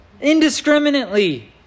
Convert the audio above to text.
Indiscriminately